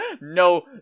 No